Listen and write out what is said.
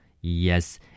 Yes